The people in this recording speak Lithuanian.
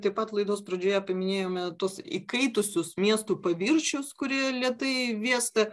taip pat laidos pradžioje paminėjome tuos įkaitusius miestų paviršius kurie lėtai vėsta